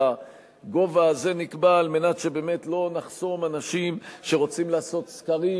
והגובה הזה נקבע על מנת שבאמת לא נחסום אנשים שרוצים לעשות סקרים,